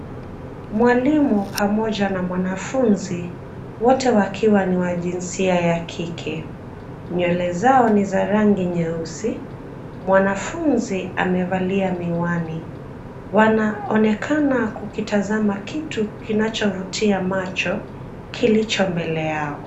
Mwalimu pamoja na mwanafunzi, wote wakiwa ni ya jinsia ya kike. Nywele zao ni za rangi nyeusi. Mwanafunzi amevalia miwani. Wanaonekana kukitazama kitu kinachovutia macho kilicho mbele yao.